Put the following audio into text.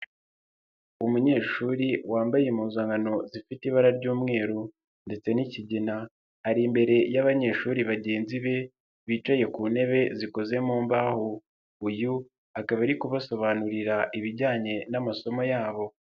Umunyeshuri wambaye impuzankano zifite ibara ry'umweru ndetse n'ikigina, ari imbere y'abanyeshuri bagenzi be, bicaye ku ntebe zikoze mu mbaho, uyu akaba ari kubasobanurira ibijyanye n'amasomo yabo.